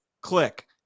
Click